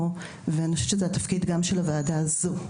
אני חושבת שגם זה חלק מתפקיד הוועדה הזו,